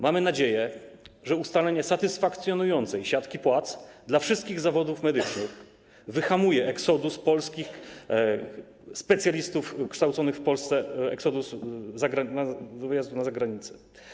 Mamy nadzieję, że ustalenie satysfakcjonującej siatki płac dla wszystkich zawodów medycznych wyhamuje exodus polskich specjalistów kształconych w Polsce, exodus, wyjazdy za granicę.